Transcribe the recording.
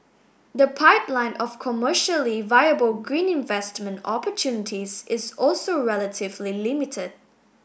the pipeline of commercially viable green investment opportunities is also relatively limited